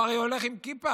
הוא הרי הולך עם כיפה.